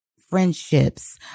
friendships